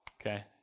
okay